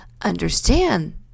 understand